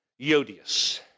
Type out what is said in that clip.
Yodius